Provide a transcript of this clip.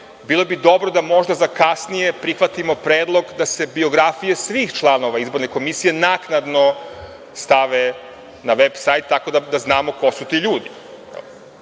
Bilo bi dobro da možda za kasnije prihvatimo predlog da se biografije svih članova izborne komisije naknadno stave na veb-sajt, tako da znamo ko su ti ljudi. Pošto